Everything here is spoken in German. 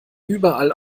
überall